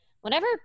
whenever